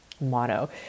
motto